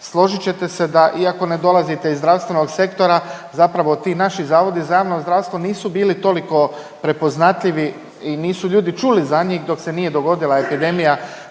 Složit ćete se da iako ne dolazite iz zdravstvenog sektora zapravo ti naši Zavodi za javno zdravstvo nisu bili toliko prepoznatljivi i nisu ljudi čuli za njih dok se nije dogodila epidemija